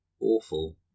awful